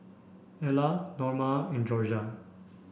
Ellar Norma and Jorja